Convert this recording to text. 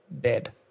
dead